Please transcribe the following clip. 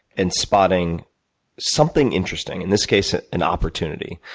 and spotting something interesting, in this case, an opportunity.